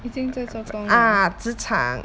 已经在做工了